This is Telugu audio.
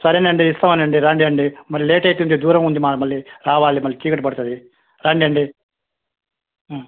సరేనండి ఇస్తాంలే అండి రాండండి మళ్ళీ లేట్ అవుతుంది దూరం ఉంది మ మళ్ళీ రావాలి మళ్ళీ చీకటి పడుతుంది రాండండి